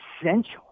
essential